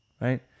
right